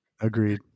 Agreed